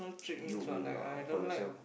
you you uh for yourself